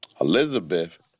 Elizabeth